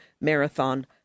Marathon